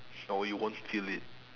no you won't feel it